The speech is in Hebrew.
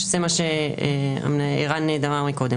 שזה מה שערן אמר מקודם.